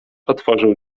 otworzył